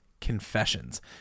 Confessions